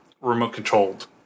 remote-controlled